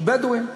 לבדואים.